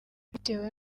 bitewe